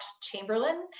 Chamberlain